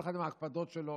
כל אחד עם ההקפדות שלו.